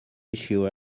issue